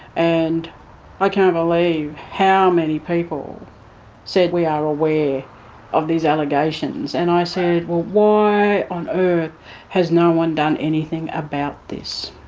and i can't believe how many people said we are aware of these allegations. and i said, well, why on earth has no one done anything about this?